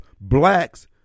blacks